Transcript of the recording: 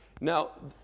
Now